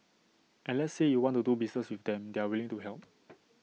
and let's say you want to do business with them they're willing to help